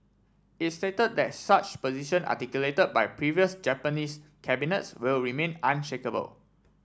it stated that such position articulated by previous Japanese cabinets will remain unshakeable